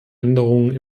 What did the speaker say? änderungen